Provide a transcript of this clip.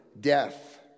death